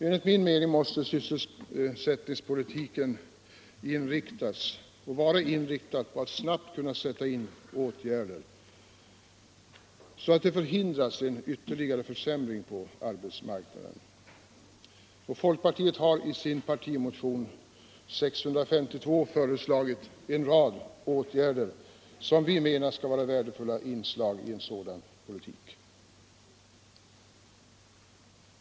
Enligt min mening måste sysselsättningspolitiken vara inriktad på att man snabbt skall kunna sätta in åtgärder så att en ytterligare försämring på arbetsmarknaden förhindras. Från folkpartiets sida har vi i partimotionen 652 föreslagit en rad åtgärder som vi menar är värdefulla inslag i en sådan politik.